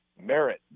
merit